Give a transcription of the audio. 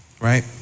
Right